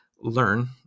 learn